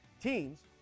Teams